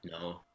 No